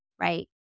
right